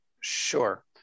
Sure